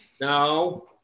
No